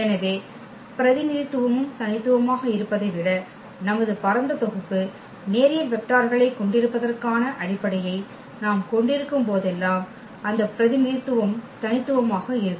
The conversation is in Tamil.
எனவே பிரதிநிதித்துவமும் தனித்துவமாக இருப்பதை விட நமது பரந்த தொகுப்பு நேரியல் வெக்டார்களைக் கொண்டிருப்பதற்கான அடிப்படையை நாம் கொண்டிருக்கும் போதெல்லாம் அந்த பிரதிநிதித்துவம் தனித்துவமாக இருக்கும்